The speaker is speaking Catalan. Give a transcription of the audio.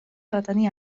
retenir